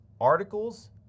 articles